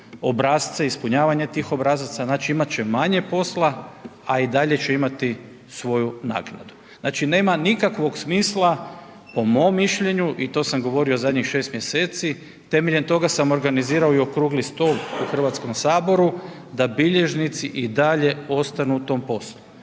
obrasce ispunjavanja tih obrazaca, znači imat će manje posla, a i dalje će imati svoju naknadu. Znači nema nikakvog smisla po mom mišljenju i to sam govorio zadnjih šest mjeseci, temeljem toga sam organizirao i okrugli stol u Hrvatskom saboru da bilježnici i dalje ostanu u tom poslu.